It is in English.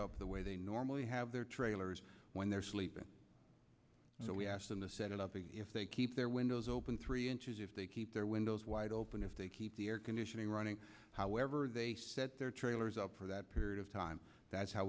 up the way they normally have their trailers when they're sleeping so we asked them to set it up if they keep their windows open three inches if they keep their windows wide open if they keep the air conditioning running however they set their trailers up for that period of time that's how